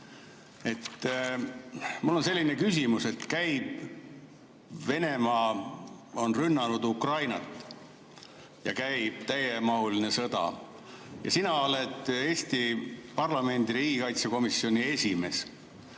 Mul on selline küsimus. Venemaa on rünnanud Ukrainat ja käib täiemahuline sõda. Sina oled Eesti parlamendi riigikaitsekomisjoni esimees.